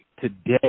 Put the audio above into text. today